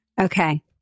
Okay